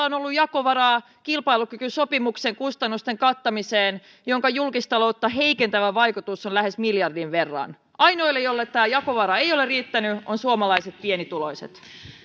on ollut jakovaraa kilpailukykysopimuksen kustannusten kattamiseen jonka julkistaloutta heikentävä vaikutus on lähes miljardin verran ainoita joille tätä jakovaraa ei ole riittänyt ovat suomalaiset pienituloiset